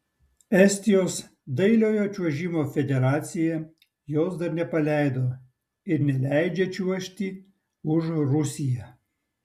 estijos dailiojo čiuožimo federacija jos dar nepaleido ir neleidžia čiuožti už rusiją